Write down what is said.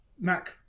Mac